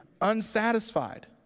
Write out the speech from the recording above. unsatisfied